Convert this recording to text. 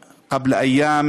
נוסף על כך, לפני כמה ימים